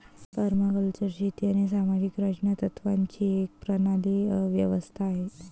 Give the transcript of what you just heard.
permaculture शेती आणि सामाजिक रचना तत्त्वांची एक प्रणाली व्यवस्था आहे